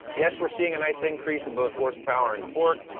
yes, we're seeing a nice increase in both horsepower and torque.